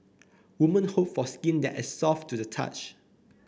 woman hope for skin that is soft to the touch